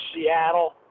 Seattle